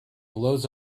blows